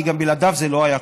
כי גם בלעדיו זה לא היה קורה.